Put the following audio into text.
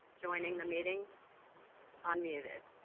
joining the meeting unmuted.